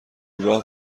راه